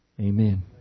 Amen